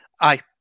Aye